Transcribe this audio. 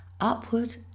upward